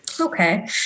Okay